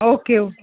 okay okay